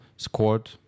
Scored